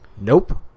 Nope